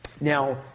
Now